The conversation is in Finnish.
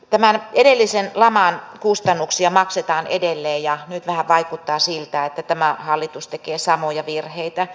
tämän edellisen laman kustannuksia maksetaan edelleen ja nyt vähän vaikuttaa siltä että tämä hallitus tekee samoja virheitä